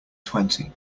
twenty